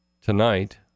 tonight